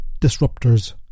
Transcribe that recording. disruptors